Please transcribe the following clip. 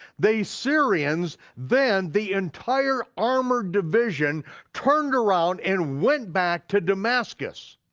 they syrians then the entire armored division turned around and went back to damascus.